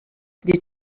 due